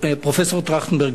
פרופסור טרכטנברג,